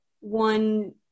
one